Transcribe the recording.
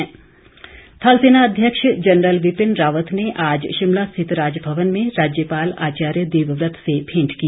मुलाकात थल सेनाध्यक्ष जनरल विपिन रावत ने आज शिमला स्थित राजभवन में राज्यपाल आचार्य देवव्रत से भेंट की